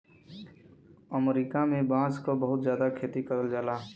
अमरीका में बांस क बहुत जादा खेती करल जाला